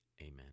Amen